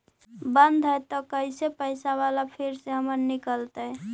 बन्द हैं त कैसे पैसा बाला फिर से हमर निकलतय?